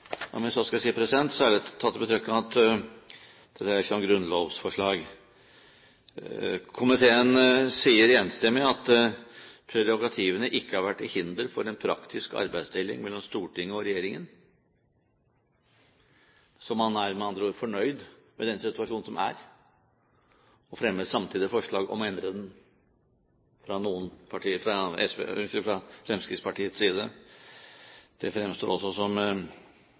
om jeg så skal si det, særlig tatt i betraktning av at det dreier seg om grunnlovsforslag. Komiteen sier enstemmig at prerogativene «ikke har vært til hinder for en praktisk arbeidsdeling mellom Stortinget og regjeringen». Så man er med andre ord fornøyd med den situasjonen som er, og fremmer samtidig forslag om å endre den – fra Fremskrittspartiets side. Det fremstår også som